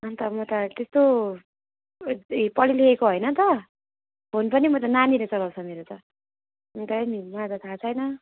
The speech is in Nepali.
अनि त म त त्यस्तो ऊ त्यो पढेलेखेको होइन त फोन पनि म त नानीले चलाउँछ मेरो त त्यही नि मलाई त थाहा छैन